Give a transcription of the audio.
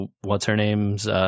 What's-Her-Name's